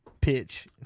pitch